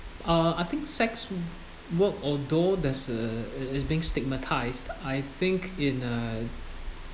uh I think sex work although that's a it is being stigmatised I think in a